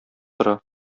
тора